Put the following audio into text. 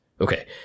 Okay